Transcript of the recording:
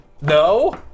No